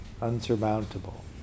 unsurmountable